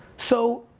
so,